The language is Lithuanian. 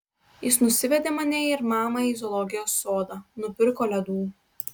jis nusivedė mane ir mamą į zoologijos sodą nupirko ledų